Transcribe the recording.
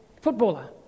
footballer